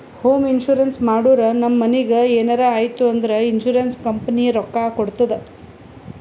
home insurance ಮಾಡುರ್ ನಮ್ ಮನಿಗ್ ಎನರೇ ಆಯ್ತೂ ಅಂದುರ್ ಇನ್ಸೂರೆನ್ಸ್ ಕಂಪನಿ ರೊಕ್ಕಾ ಕೊಡ್ತುದ್